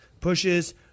pushes